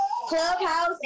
Clubhouse